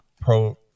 pro